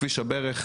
כביש הברך,